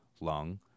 lung